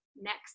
Next